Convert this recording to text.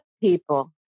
people